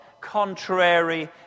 contrary